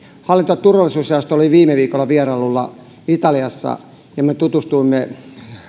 hallinto ja turvallisuusjaosto oli viime viikolla vierailulla italiassa ja me tutustuimme